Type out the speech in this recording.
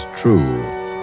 true